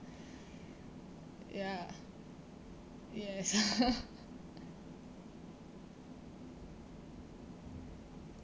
ya yes